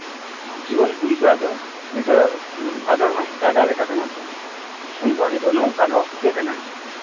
ᱡᱩᱣᱟᱹᱱ ᱠᱩᱲᱤ ᱠᱚᱲᱟ ᱫᱚ ᱱᱤᱛᱚᱜ ᱵᱷᱟᱫᱚᱨ ᱢᱟᱥ ᱜᱟᱰᱟ ᱞᱮᱠᱟ ᱠᱟᱱᱟ ᱠᱚ ᱩᱱᱠᱩ ᱟᱜ ᱱᱤᱛᱚᱜ ᱱᱚᱝᱠᱟᱱ ᱚᱠᱚᱛᱮ ᱠᱟᱱᱟ